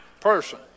person